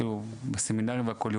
כאילו בסמינרים והכול,